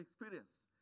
experience